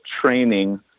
training